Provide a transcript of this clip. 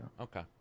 Okay